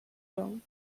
groan